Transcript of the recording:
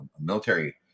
military